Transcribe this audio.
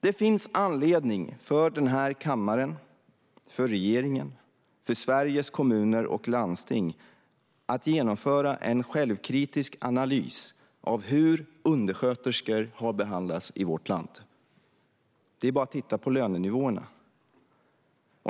Det finns anledning för den här kammaren, för regeringen och för Sveriges Kommuner och Landsting att genomföra en självkritisk analys av hur undersköterskor har behandlats i vårt land. Det är bara att titta på lönenivåerna.